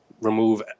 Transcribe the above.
remove